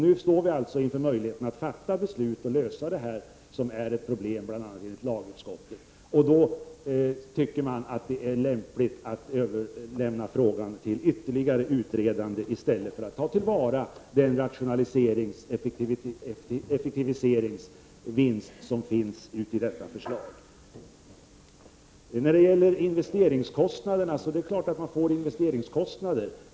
Nu står vi inför möjligheten att fatta beslut och kunna lösa detta som bl.a. enligt lagutskottet är ett problem. Då tycker man att det är lämpligt att överlämna frågan till ytterligare utredande i stället för att ta till vara den rationaliseringsoch effektiviseringsvinst som finns i detta förslag. Det är klart att det blir investeringskostnader.